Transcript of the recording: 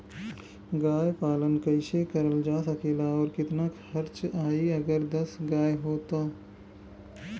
गाय पालन कइसे करल जा सकेला और कितना खर्च आई अगर दस गाय हो त?